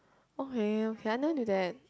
okay okay I never knew that